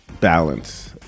balance